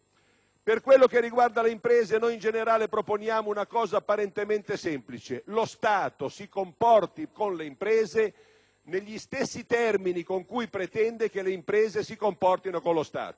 Per quanto riguarda le imprese, in generale proponiamo una misura apparentemente semplice: lo Stato si comporti con le imprese negli stessi termini con cui pretende che le imprese si comportino con lo Stato.